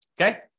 Okay